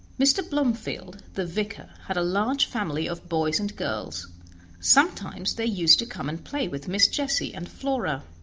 mr. blomefield, the vicar, had a large family of boys and girls sometimes they used to come and play with miss jessie and flora.